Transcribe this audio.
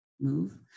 move